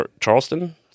Charleston